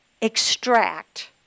extract